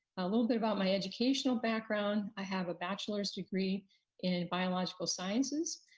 a little bit about my educational background. i have a bachelor's degree in biological sciences,